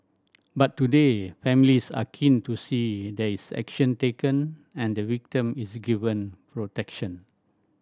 but today families are keen to see there is action taken and the victim is given protection